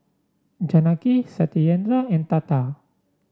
Janaki Satyendra and Tata